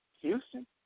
Houston